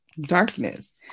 darkness